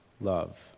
love